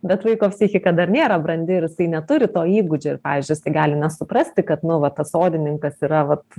bet vaiko psichika dar nėra brandi ir jisai neturi to įgūdžio ir pavyzdžiui jisai gali nesuprasti kad nu va tas sodininkas yra vat